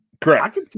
Correct